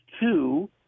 two